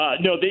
No